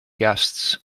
guests